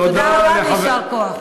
תודה רבה ויישר כוח.